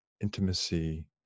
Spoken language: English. intimacy